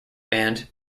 band